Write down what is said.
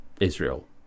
israel